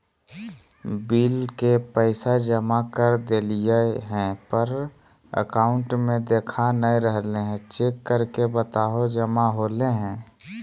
Bill के पैसा जमा कर देलियाय है पर अकाउंट में देखा नय रहले है, चेक करके बताहो जमा होले है?